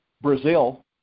Brazil